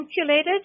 insulated